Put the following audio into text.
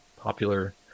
popular